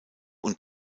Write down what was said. und